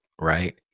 right